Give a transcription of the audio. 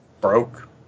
broke